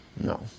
No